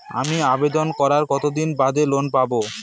আমি আবেদন করার কতদিন বাদে লোন পাব?